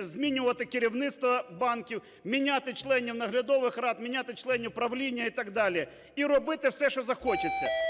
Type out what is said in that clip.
змінювати керівництво банків, міняти членів наглядових рад, міняти членів правління і так далі, і робити все, що захочеться,